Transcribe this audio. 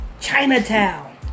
Chinatown